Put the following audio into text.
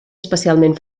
especialment